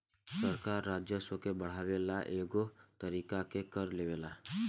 सरकार राजस्व के बढ़ावे ला कएगो तरीका के कर लेवेला